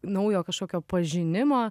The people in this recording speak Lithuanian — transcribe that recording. naujo kažkokio pažinimo